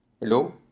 Hello